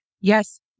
yes